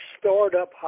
stored-up